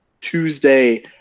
Tuesday